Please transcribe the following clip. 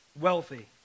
wealthy